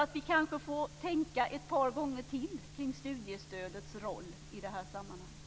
Vi får kanske tänka ett par gånger till kring studiestödets roll i sammanhanget.